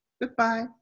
Goodbye